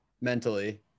mentally